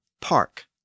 park